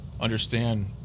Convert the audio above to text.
understand